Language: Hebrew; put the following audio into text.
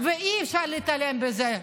ואי-אפשר להתעלם מזה.